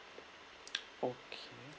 okay